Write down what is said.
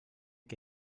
que